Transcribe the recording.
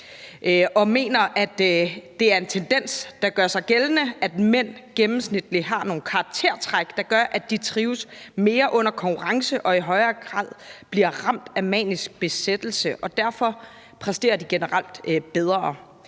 og mener, at det er en tendens, der gør sig gældende, »at mænd gennemsnitligt har nogle karaktertræk, der gør, at de trives mere under konkurrence og i højere grad bliver ramt af en manisk besættelse«, og derfor præsterer de generelt bedre.